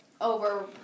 over